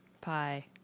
pie